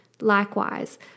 Likewise